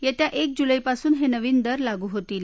येत्या एक जुलैपासून हे नवीन दर लागू होतील